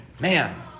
Man